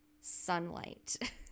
sunlight